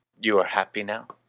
you are happy now?